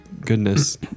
goodness